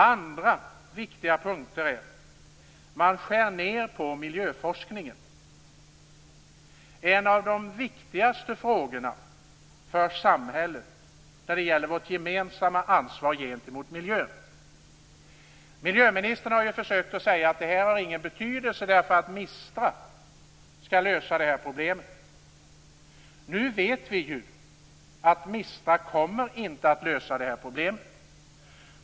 Andra viktiga punkter är att det skärs ned på miljöforskningen - en av de viktigaste frågorna för samhället när det gäller vårt gemensamma ansvar gentemot miljön. Miljöministern har försökt säga att detta inte har någon betydelse eftersom MISTRA skall lösa problemet. Nu vet vi att MISTRA inte kommer att lösa problemet.